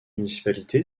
municipalité